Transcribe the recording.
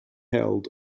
held